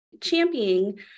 Championing